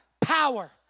power